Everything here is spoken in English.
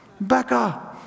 Becca